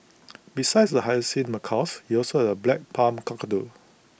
besides the hyacinth macaws he also has A black palm cockatoo